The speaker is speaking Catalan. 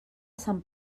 sant